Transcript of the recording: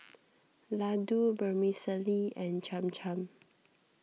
Ladoo Vermicelli and Cham Cham